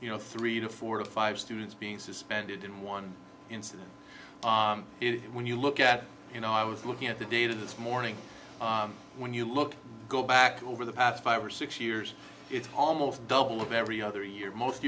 you know three to four or five students being suspended in one incident is when you look at you know i was looking at the data this morning when you look go back over the past five or six years it's almost double of every other year most